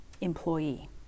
employee